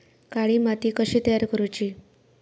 काळी माती कशी तयार करूची?